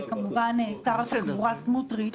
וכמובן שר התחבורה סמוטריץ',